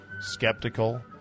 skeptical